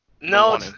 No